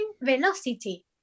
velocity